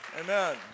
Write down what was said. Amen